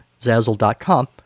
Zazzle.com